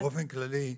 באופן כללי,